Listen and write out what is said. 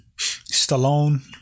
Stallone